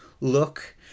look